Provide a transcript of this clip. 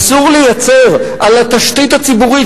אסור לייצר על התשתית הציבורית,